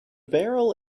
barrel